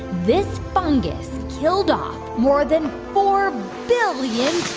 this fungus killed off more than four billion